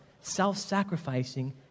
self-sacrificing